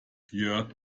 jörg